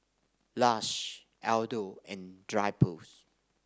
Lush Aldo and Drypers